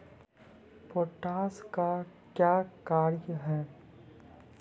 Potash का क्या कार्य हैं?